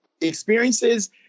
experiences